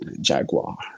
jaguar